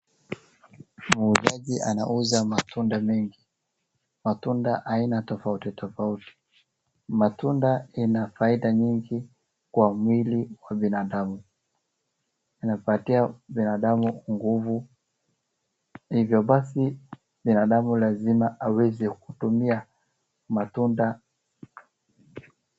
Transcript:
Muuzaji anauza matunda mengi. Matunda aina tofauti tofauti. Matunda ina faida nyingi kwa mwili wa binadamu. Inapatia binadamu nguvu. Hivyo basi binadamu lazima aweze kutumia matunda.